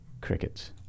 crickets